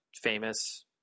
famous